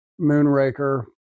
Moonraker